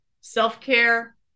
self-care